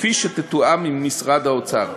כפי שיתואם עם משרד האוצר.